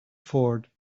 fort